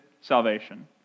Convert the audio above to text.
salvation